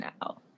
now